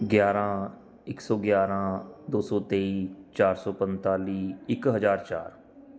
ਗਿਆਰ੍ਹਾਂ ਇੱਕ ਸੌ ਗਿਆਰ੍ਹਾਂ ਦੋ ਸੌ ਤੇਈ ਚਾਰ ਸੌ ਪੰਤਾਲੀ ਇੱਕ ਹਜ਼ਾਰ ਚਾਰ